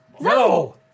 No